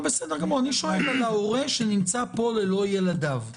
אני שואל על ההורה שנמצא פה ללא ילדיו.